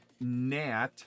NAT